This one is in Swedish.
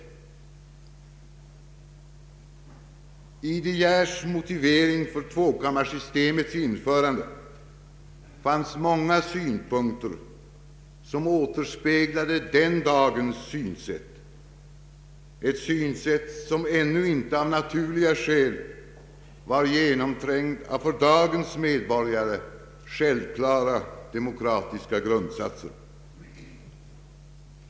I De Geers motivering för tvåkammarsystemets införande fanns många synpunkter, som återspeglade den da gens synsätt, ett synsätt som ännu inte av naturliga skäl var genomträngt av för dagens medborgare självklara demokratiska grundsatser.